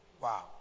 Wow